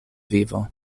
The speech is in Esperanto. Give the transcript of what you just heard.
vivo